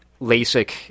LASIK